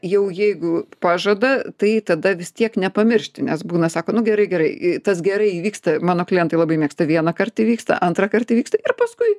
jau jeigu pažada tai tada vis tiek nepamiršti nes būna sako nu gerai gerai tas gerai įvyksta mano klientai labai mėgsta vieną kartą įvyksta antrą kartą įvyksta ir paskui